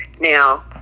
Now